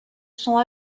sont